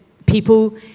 People